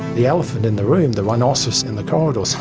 the elephant in the room, the rhinoceros in the corridor, so